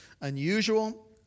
unusual